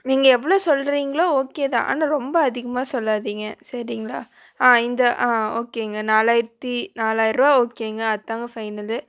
நீங்கள் எவ்வளோ சொல்கிறீங்களோ ஓகே தான் ஆனால் ரொம்ப அதிகமாக சொல்லாதீங்க சரிங்களா ஆ இந்த ஆ ஓகேங்க நாலாயிரத்தி நாலாயிருவா ஓகேங்க அதுதாங்க ஃபைனலு